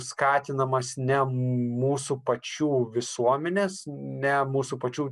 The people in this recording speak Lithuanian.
skatinamas ne mūsų pačių visuomenės ne mūsų pačių